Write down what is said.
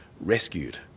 rescued